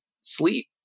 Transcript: sleep